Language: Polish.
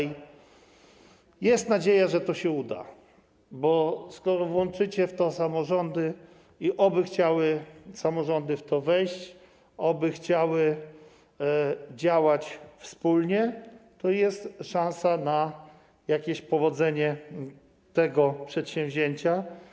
Jest nadzieja, że to się uda, bo jeśli włączycie w to samorządy - oby chciały samorządy w to wejść, oby chciały działać wspólnie - to jest szansa na jakieś powodzenie tego przedsięwzięcia.